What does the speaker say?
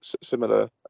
similar